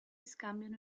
scambiano